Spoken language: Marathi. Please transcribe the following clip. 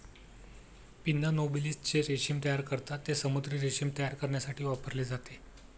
पिन्ना नोबिलिस जे रेशीम तयार करतात, ते समुद्री रेशीम तयार करण्यासाठी वापरले जाते